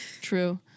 true